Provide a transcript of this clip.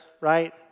right